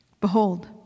Behold